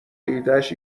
ایدهاش